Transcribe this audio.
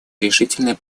решительной